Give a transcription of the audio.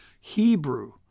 Hebrew